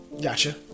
Gotcha